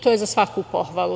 To je za svaku pohvalu.